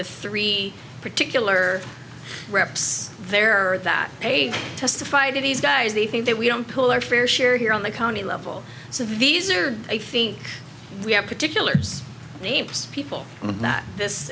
the three particular reps there are that they testified these guys they think that we don't pull our fair share here on the county level so these are i think we have particulars names people that this